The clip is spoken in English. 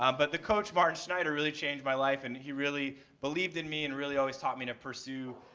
um but the coach, martin schneider, really changed my life and he really believed in me and really always taught me to pursue,